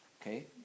Okay